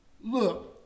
Look